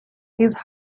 his